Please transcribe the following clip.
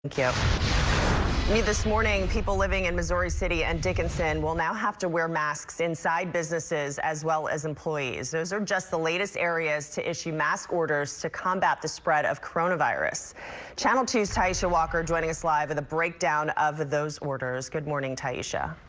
yeah this morning people living in missouri city and dickinson will now have to wear masks inside businesses as well as employees as are just the latest areas to issue mask orders to combat the spread of coronavirus channel two's taisha walker joining us live in the breakdown of those orders. good morning taisha.